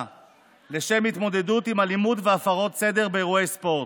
לשם התמודדות עם אלימות והפרות סדר באירועי ספורט.